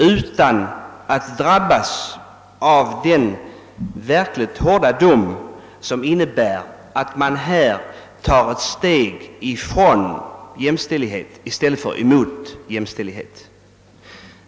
En sådan omfördelning av ansvaret skulle innebära att man tar ett steg från likställighet i stället för mot likställighet.